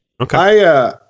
Okay